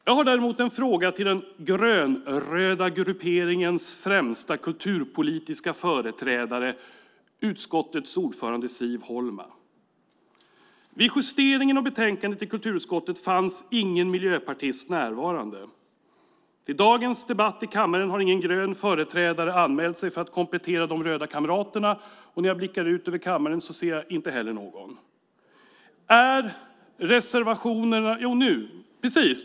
Jag har en fråga till den grönröda grupperingens främsta kulturpolitiska företrädare, utskottets ordförande Siv Holma. Vid justeringen av betänkandet i kulturutskottet fanns ingen miljöpartist närvarande. Till dagens debatt i kammaren har ingen grön företrädare anmält sig för att komplettera de röda kamraterna. När jag blickar ut över kammaren ser jag inte heller någon. Jo, nu kommer en.